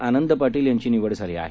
आनंद पाटील यांची निवड झाली आहे